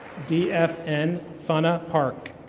d f n fanna park.